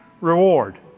reward